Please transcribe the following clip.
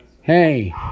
hey